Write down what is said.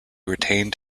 retained